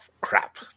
Crap